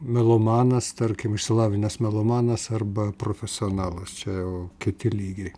melomanas tarkim išsilavinęs melomanas arba profesionalas čia jau kiti lygiai